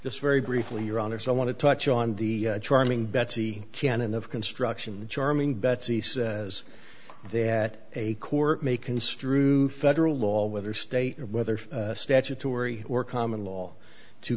just very briefly your honor so i want to touch on the charming betsy cannon of construction the charming betsy says that a court may construe federal law whether state or whether statutory or common law to